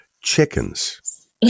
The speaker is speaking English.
chickens